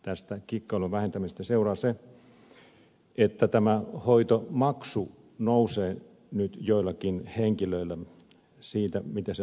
tästäkin kalan vääntämistä seu aikaisemminkaan että tämä hoitomaksu nousee nyt joillakin henkilöillä siitä mitä se aikaisemmin oli